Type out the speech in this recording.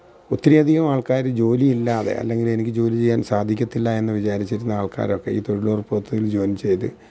ഒത്തിരി അധികം ആള്ക്കാർ ജോലി ഇല്ലാതെ അല്ലെങ്കിൽ എനിക്ക് ജോലി ചെയ്യാന് സാധിക്കത്തില്ല എന്ന് വിചാരിച്ചിരുന്ന ആള്ക്കാരൊക്കെ ഈ തൊഴിലുറപ്പ് പദ്ധതിയില് ജോയിന് ചെയ്തു